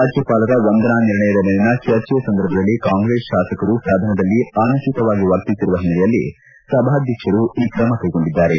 ರಾಜ್ಯಪಾಲರ ವಂದಾನಾ ನಿರ್ಣಯದ ಮೇಲಿನ ಚರ್ಚೆಯ ಸಂದರ್ಭದಲ್ಲಿ ಕಾಂಗ್ರೆಸ್ ಶಾಸಕರು ಸದನದಲ್ಲಿ ಅನುಚಿತವಾಗಿ ವರ್ತಿಸಿರುವ ಹಿನ್ನೆಲೆಯಲ್ಲಿ ಸಭಾಧ್ಯಕ್ಷರು ಈ ಕ್ರಮ ಕೈಗೊಂಡಿದ್ದಾರೆ